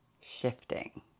shifting